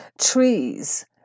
Trees